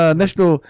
national